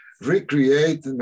recreate